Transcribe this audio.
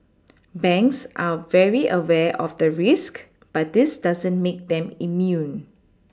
banks are very aware of the risk but this doesn't make them immune